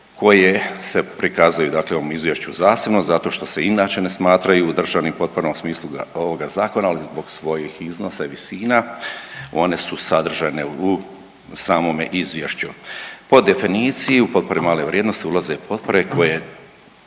koje se prikazuju u ovom izvješću zasebno zato što se inače ne smatraju državnim potporama u smislu ovoga zakona, ali zbog svojih iznosa i visina one su sadržane u samome izvješću. Po definiciji u potpore male vrijednosti ulaze potpore koje